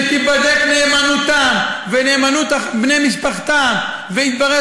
כשתיבדק נאמנותם ונאמנות בני משפחתם ויתברר